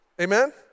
amen